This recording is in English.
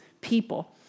people